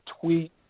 tweet